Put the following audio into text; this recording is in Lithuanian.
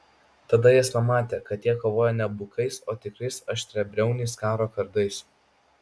tada jis pamatė kad jie kovoja ne bukais o tikrais aštriabriauniais karo kardais